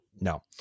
No